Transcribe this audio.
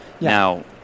Now